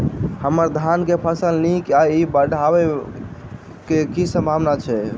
हम्मर धान केँ फसल नीक इ बाढ़ आबै कऽ की सम्भावना छै?